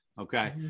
Okay